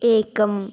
एकम्